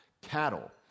cattle